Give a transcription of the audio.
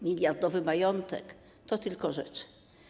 Miliardowy majątek, to tylko rzeczy.